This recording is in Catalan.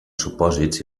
supòsits